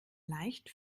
leicht